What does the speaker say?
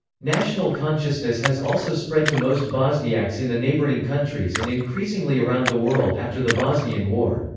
national consciousness has also spread to most bosniaks in the neighboring countries and increasingly around the world after the bosnian war.